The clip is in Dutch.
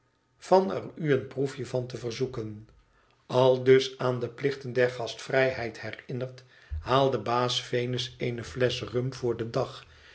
van er u een proefje van te verzoeken aldus aan de plichten der gastvrijheid herinnerd haalde baas venus eene flesch rum voorden dag